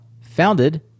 Founded